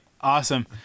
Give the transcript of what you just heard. Awesome